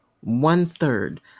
one-third